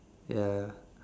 ya